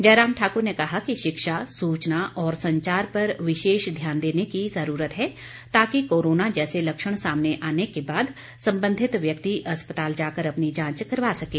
जयराम ठाकुर ने कहा कि शिक्षा सूचना और संचार पर विशेष ध्यान देने की ज़रूरत है ताकि कोरोना जैसे लक्षण सामने आने के बाद संबंधित व्यक्ति अस्पताल जाकर अपनी जांच करवा सकें